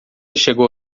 chegou